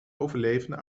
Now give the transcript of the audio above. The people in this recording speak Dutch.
overleven